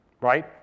right